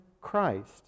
Christ